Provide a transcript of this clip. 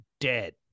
dead